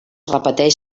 repeteix